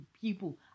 people